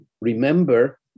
remember